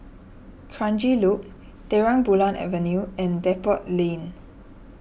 Kranji Loop Terang Bulan Avenue and Depot Lane